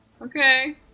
Okay